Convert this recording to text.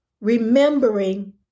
remembering